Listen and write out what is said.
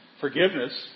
Forgiveness